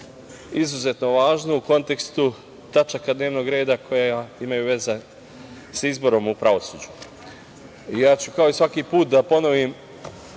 izuzetno važno u kontekstu tačaka dnevnog reda koje imaju veze sa izborom u pravosuđu. Ja ću kao i svaki put da ponovim